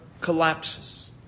collapses